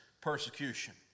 persecution